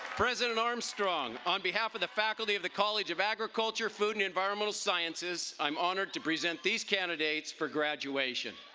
president armstrong, on behalf of the faculty of the college of agriculture, food and environmental sciences, i am honored to present these candidates for graduation.